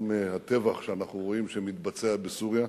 גם הטבח שאנחנו רואים שמתבצע בסוריה,